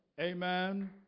amen